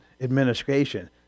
administration